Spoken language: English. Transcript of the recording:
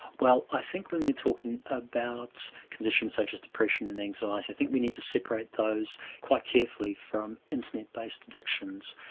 well i think when we're talking about conditions such as depression and anxiety, i think we need to separate those quite carefully from internet based addictions.